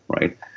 right